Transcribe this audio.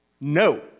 no